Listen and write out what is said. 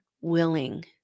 willing